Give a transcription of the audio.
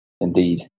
indeed